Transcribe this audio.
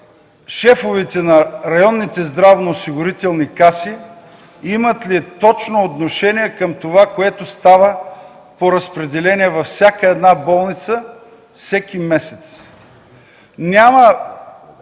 шефовете на районните здравноосигурителни каси имат ли точно отношение към това, което става по разпределение във всяка една болница всеки месец?